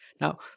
Now